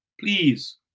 please